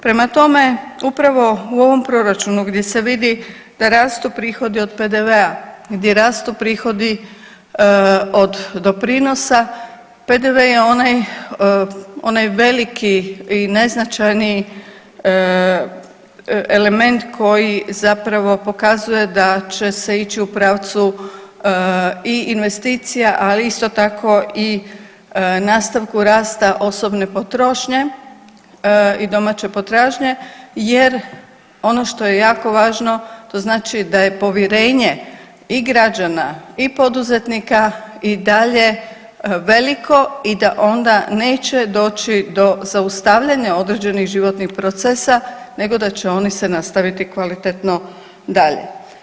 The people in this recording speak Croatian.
Prema tome, upravo u ovom Proračunu gdje se vidi da rastu prihodi od PDV-a, gdje rastu prihodi od doprinosa, PDV je onaj veliki i neznačajni element koji zapravo pokazuje da će se ići u pravcu i investicija, ali isto tako i nastavku rasta osobne potrošnje i domaće potražnje jer ono što je jako važno, to znači da je povjerenje i građana i poduzetnika i dalje veliko i da onda neće doći do zaustavljanja određenih životnih procesa nego da će oni se nastaviti kvalitetno dalje.